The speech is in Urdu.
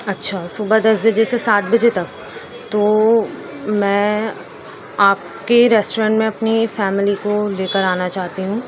اچھا صبح دس بجے سے سات بجے تک تو میں آپ کے ریسٹورنٹ میں اپنی فیملی کو لے کر آنا چاہتی ہوں